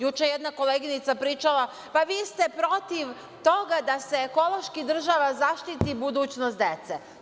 Juče je jedna koleginica pričala - vi ste toga da se ekološki država zaštiti budućnost dece.